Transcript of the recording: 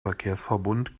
verkehrsverbund